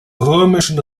römischen